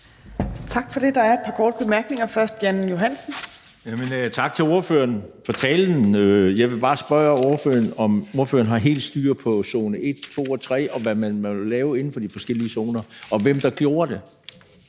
Tak for det. Der er et par korte bemærkninger, først fra hr. Jan Johansen. Kl. 13:27 Jan Johansen (S): Først tak til ordføreren for talen. Jeg vil bare spørge ordføreren, om ordføreren har helt styr på zone 1, 2 og 3, og hvad man må lave inden for de forskellige zoner, og hvem der gjorde det.